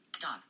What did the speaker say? Dog